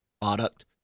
product